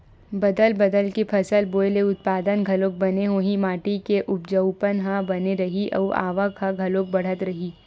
बदल बदल के फसल बोए ले उत्पादन घलोक बने होही, माटी के उपजऊपन ह बने रइही अउ आवक ह घलोक बड़ाथ रहीथे